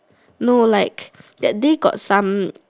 no like that day got some